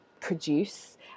produce